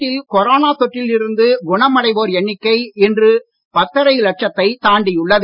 நாட்டில் கொரோனா தொற்றில் இருந்து குணமடைவோர் எண்ணிக்கை இன்று பத்தரை லட்சத்தை தாண்டியுள்ளது